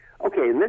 okay